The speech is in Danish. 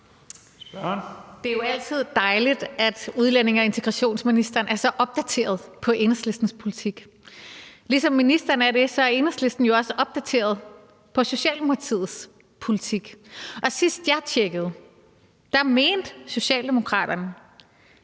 Det er jo altid dejligt, at udlændinge- og integrationsministeren er så opdateret på Enhedslistens politik. Ligesom ministeren er det, er Enhedslisten jo også opdateret på Socialdemokratiets politik. Og sidst jeg tjekkede, mente Socialdemokraterne,